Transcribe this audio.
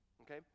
Okay